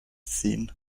ziehen